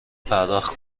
پرداخت